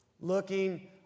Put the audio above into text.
looking